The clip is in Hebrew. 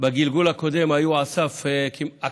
בגלגול הקודם היו כמעט על סף הכחדה,